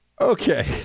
okay